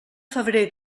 febrer